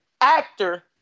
actor